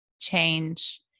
change